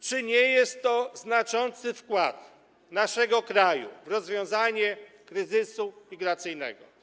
Czy nie jest to znaczący wkład naszego kraju w rozwiązanie kryzysu migracyjnego?